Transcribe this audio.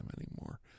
anymore